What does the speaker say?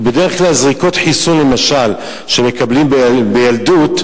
כי בדרך כלל זריקות חיסון, למשל, שמקבלים בילדות,